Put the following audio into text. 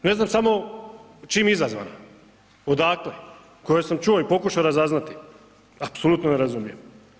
Ne znam samo čime izazvana, odakle, koju sam čuo i pokušao razaznati apsolutno ne razumijem.